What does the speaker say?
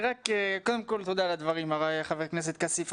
קודם כל תודה על הדברים, חבר הכנסת כסיף.